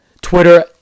Twitter